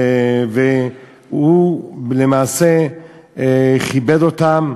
והוא למעשה כיבד אותם,